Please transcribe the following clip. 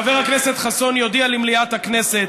חבר הכנסת יואל חסון יודיע למליאת הכנסת